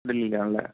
ദില്ലിയിലാണല്ലേ